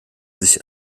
sich